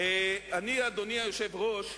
אדוני היושב בראש,